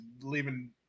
leaving